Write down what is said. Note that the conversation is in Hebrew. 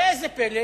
ראה זה פלא,